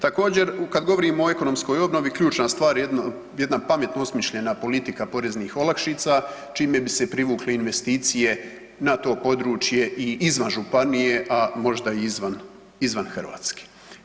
Također, kad govorim o ekonomskoj obnovi ključna stvar je jedna pametno osmišljena politika poreznih olakšica čime bi se privukle investicije na to područje i izvan županije, a možda i izvan Hrvatske.